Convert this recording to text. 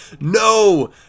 no